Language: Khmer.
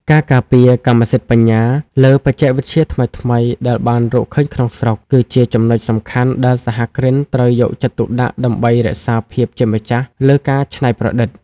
ការការពារ "កម្មសិទ្ធិបញ្ញា" លើបច្ចេកវិទ្យាថ្មីៗដែលបានរកឃើញក្នុងស្រុក គឺជាចំណុចសំខាន់ដែលសហគ្រិនត្រូវយកចិត្តទុកដាក់ដើម្បីរក្សាភាពជាម្ចាស់លើការច្នៃប្រឌិត។